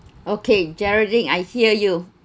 okay jeraldine I hear you